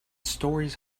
stories